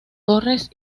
torres